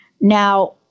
Now